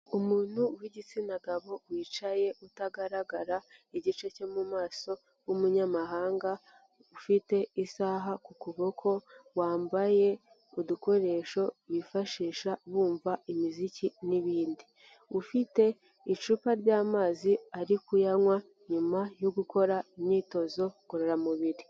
Umuntu w'igitsina gabo wicaye utagaragara igice cyo mu maso w'umunyamahanga, ufite isaha ku kuboko wambaye udukoresho bifashisha wumva imiziki n'ibindi, ufite icupa ry'amazi ari kuyanywa nyuma yo gukora imyitozo ngororamubiri.